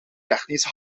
technisch